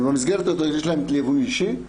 ובמסגרת הזאת יש להם ליווי אישי.